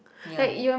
ya